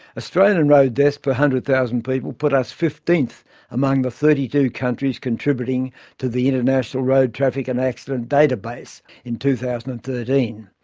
australian and road deaths per one hundred thousand people put us fifteenth among the thirty two countries contributing to the international road traffic and accident database in two thousand and thirteen.